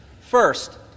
first